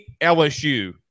LSU